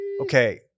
Okay